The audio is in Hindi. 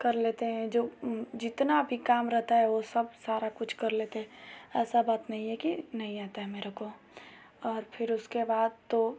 कर लेते हैं जो जितना भी काम रहता है वो सब सारा कुछ कर लेते हैं ऐसा बात नहीं है कि नही आता है मेरे को और फिर उसके बाद तो